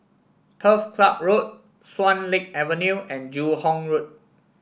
Turf Club Road Swan Lake Avenue and Joo Hong Road